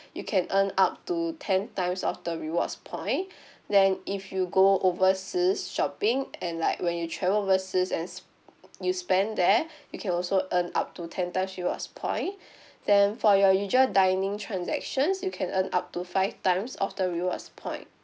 you can earn up to ten times of the rewards point then if you go overseas shopping and like when you travel overseas and s~ you spend there you can also earn up to ten times rewards point then for your usual dining transactions you can earn up to five times of the rewards point